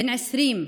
בן 20,